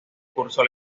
curso